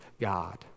God